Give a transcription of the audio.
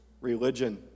Religion